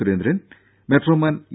Surendran metroman E